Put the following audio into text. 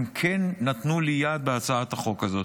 הם כן נתנו לי יד בהצעת החוק הזאת.